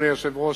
אדוני היושב-ראש,